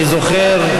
אני זוכר,